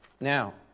Now